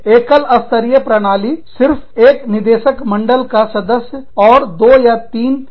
एकल स्तरीय प्रणाली सिर्फ एक निदेशक मंडल का सदस्य तथा दो या तीन कर्मचारी